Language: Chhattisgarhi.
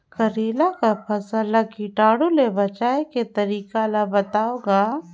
करेला कर फसल ल कीटाणु से बचाय के तरीका ला बताव ग?